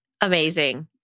amazing